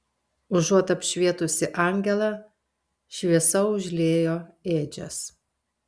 užuot apšvietusi angelą šviesa užliejo ėdžias